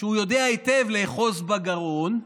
שהוא יודע היטב לאחוז בגרון,